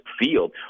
field